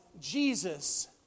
Jesus